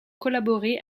collaboré